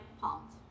pumped